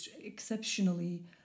exceptionally